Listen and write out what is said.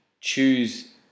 choose